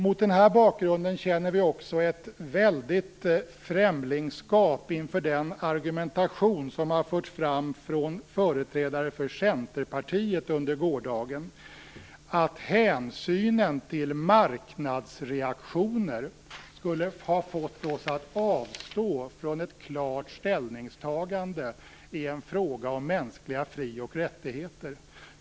Mot den här bakgrunden känner vi också ett väldigt främlingskap inför den argumentation som har förts fram från företrädare för Centerpartiet under gårdagen - att hänsynen till marknadsreaktioner skulle ha fått oss att avstå från ett klart ställningstagande i en fråga om mänskliga fri och rättigheter.